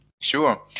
Sure